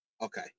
Okay